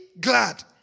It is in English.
glad